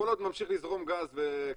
כל עוד ממשיך לזרום גז וכסף.